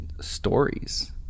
stories